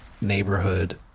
neighborhood